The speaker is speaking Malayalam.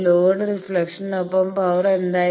ലോഡ് റിഫ്ളക്ഷനിനൊപ്പം പവർ എന്തായിരുന്നു